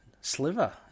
sliver